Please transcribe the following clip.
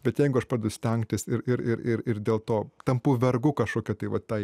bet jeigu aš pradedu stengtis ir ir ir ir dėl to tampu vergu kažkokia tai vat ta